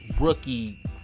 rookie